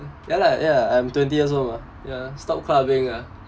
ya lah ya I'm twenty years old mah ya stop clubbing ah